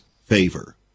favor